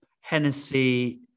Hennessy